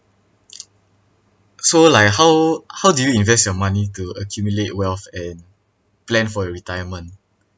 so like how how do you invest your money to accumulate wealth and plan for your retirement